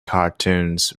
cartoons